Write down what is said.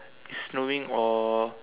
snowing or